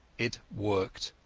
it worked.